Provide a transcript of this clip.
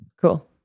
Cool